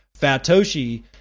Fatoshi